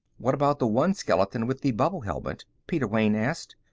what about the one skeleton with the bubble helmet? peter wayne asked.